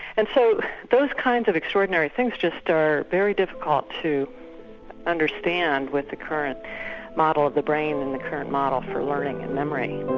and so those kinds of extraordinary things just are very difficult to understand with the current model of the brain and the current model for learning and memory.